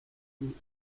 you